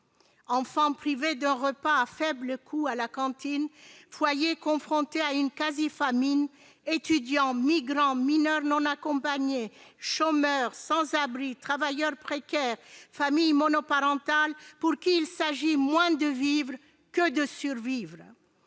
enfants privés d'un repas à faible coût à la cantine, foyers confrontés à une quasi-famine, étudiants, migrants, mineurs non accompagnés, chômeurs, sans-abri, travailleurs précaires, familles monoparentales, pour qui il s'agit moins de vivre que de survivre